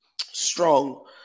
strong